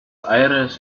aires